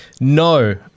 No